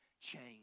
change